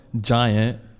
giant